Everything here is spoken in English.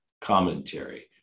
commentary